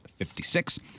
56